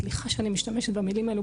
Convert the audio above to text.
סליחה שאני משתמשת במילים האלה,